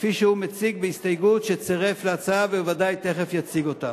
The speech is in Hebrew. כפי שהוא מציג בהסתייגות שצירף להצעה ובוודאי תיכף יציג אותה.